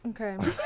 Okay